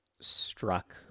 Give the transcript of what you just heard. struck